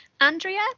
Andrea